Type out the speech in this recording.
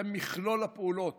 זה מכלול הפעולות